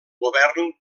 govern